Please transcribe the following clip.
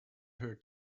her